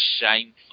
shameful